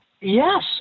yes